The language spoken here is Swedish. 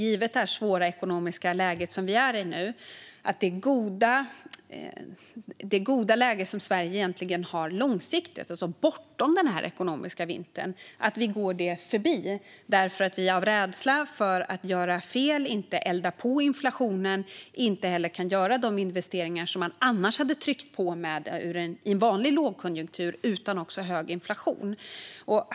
Givet det svåra ekonomiska läge som vi är i nu finns det stor risk att det goda läge som Sverige egentligen har långsiktigt, alltså bortom den här ekonomiska vintern, går oss förbi därför att vi av rädsla för att göra fel och elda på inflationen inte kan göra de investeringar som vi annars hade tryckt på med i en vanlig lågkonjunktur utan hög inflation.